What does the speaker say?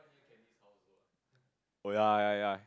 oh ya ya ya